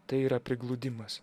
tai yra prigludimas